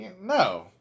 No